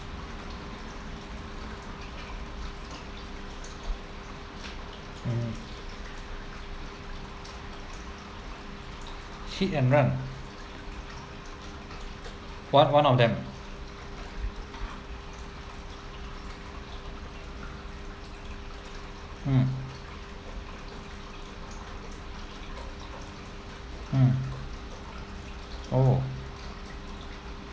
mm hit and run one one of them mm mm oh